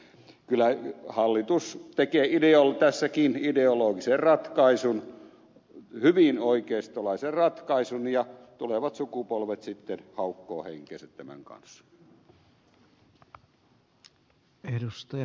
kyllä hallitus tekee tässäkin ideologisen ratkaisun hyvin oikeistolaisen ratkaisun ja tulevat sukupolvet sitten haukkovat henkeänsä tämän kanssa